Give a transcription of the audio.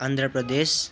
Andhra Pradesh